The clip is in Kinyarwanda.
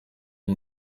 ari